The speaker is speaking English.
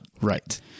Right